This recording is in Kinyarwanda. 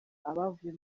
abavuye